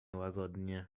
łagodnie